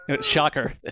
Shocker